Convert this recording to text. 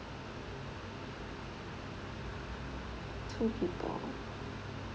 two people